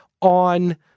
on